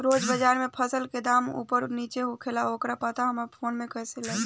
रोज़ बाज़ार मे फसल के दाम ऊपर नीचे होखेला त ओकर पता हमरा फोन मे कैसे लागी?